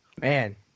Man